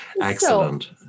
Excellent